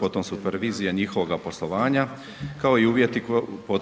potom supervizija njihovog poslovanja kao i uvjeti pod